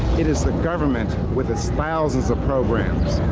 it is the government, with its thousands of programs.